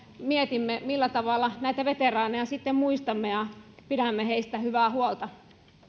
mietimme millä tavalla veteraaneja sitten muistamme ja pidämme heistä hyvää huolta